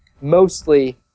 mostly